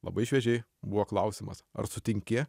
labai šviežiai buvo klausimas ar sutinki